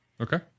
Okay